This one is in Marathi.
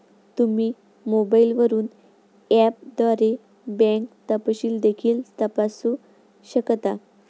तुम्ही मोबाईलवरून ऍपद्वारे बँक तपशील देखील तपासू शकता